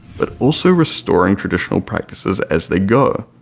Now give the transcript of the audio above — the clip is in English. but also restoring traditional practices as they go,